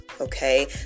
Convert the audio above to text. Okay